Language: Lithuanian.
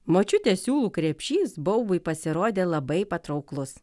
močiutės siūlų krepšys baubui pasirodė labai patrauklus